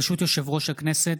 ברשות יושב-ראש הכנסת,